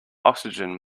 oxygen